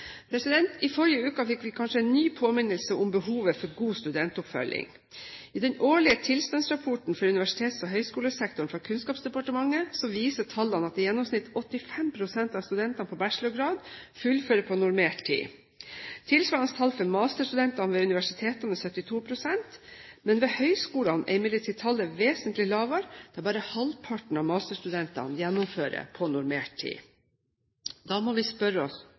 I forrige uke fikk vi kanskje en ny påminnelse om behovet for god studentoppfølging. I den årlige tilstandsrapporten for universitets- og høyskolesektoren fra Kunnskapsdepartementet viser tallene at i gjennomsnitt 85 pst. av studentene på bachelorgrad fullfører på normert tid. Tilsvarende tall for masterstudentene ved universitetene er 72 pst. Ved høyskolene er imidlertid tallet vesentlig lavere, der bare halvparten av masterstudentene gjennomfører på normert tid. Da må vi spørre oss